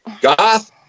goth